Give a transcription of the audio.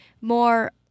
more